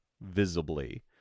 visibly